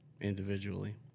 Individually